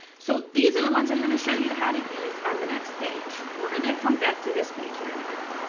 so these are the ones i'm going to show you how to use on the next page. we're going to come back to this page here in a minute.